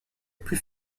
plus